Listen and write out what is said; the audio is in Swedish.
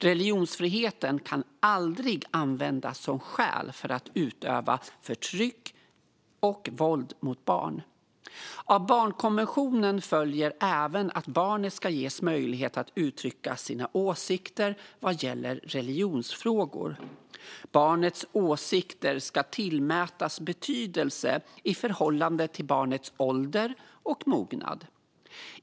Religionsfriheten kan aldrig användas som skäl för att utöva förtryck och våld mot ett barn. Av barnkonventionen följer även att barnet ska ges möjlighet att uttrycka sina åsikter vad gäller religionsfrågor. Barnets åsikter ska tillmätas betydelse i förhållande till barnets ålder och mognad.